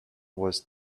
was